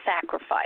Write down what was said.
sacrifice